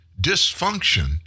Dysfunction